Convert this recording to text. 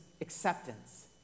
acceptance